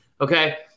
okay